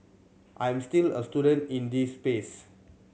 I'm still a student in this space